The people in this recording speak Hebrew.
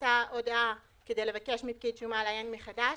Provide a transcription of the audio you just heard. ההודעה כדי לבקש מפקיד שומה לעיין מחדש,